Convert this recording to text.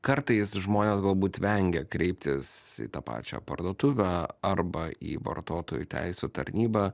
kartais žmonės galbūt vengia kreiptis į tą pačią parduotuvę arba į vartotojų teisių tarnybą